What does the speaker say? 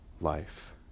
life